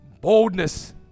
Boldness